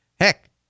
Heck